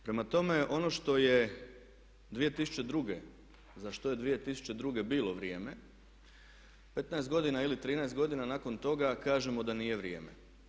Prema tome, ono što je 2002., za što je 2002. bilo vrijeme 15 godina ili 13 godina nakon toga kažemo da nije vrijeme.